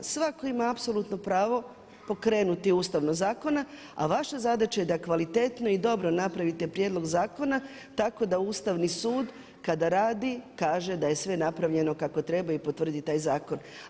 Svako ima apsolutno pravo pokrenuti ustavno zakone a vaša zadaća je da kvalitetno i dobro napravite prijedlog zakona tako da Ustavni sud kada radi kaže da je sve napravljeno kako treba i potvrdi taj zakon.